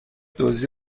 دزدی